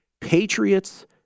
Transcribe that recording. Patriots